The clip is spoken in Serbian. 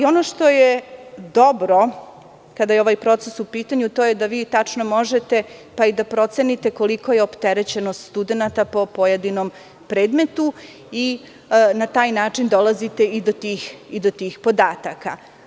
Ono što je dobro kada je ovaj proces u pitanju, to je da vi tačno možete da procenite koliko opterećenost studenata po pojedinom predmetu, i na taj način dolazite i do tih podataka.